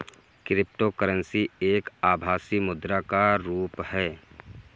cryptocurrency एक आभासी मुद्रा का रुप है